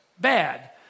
bad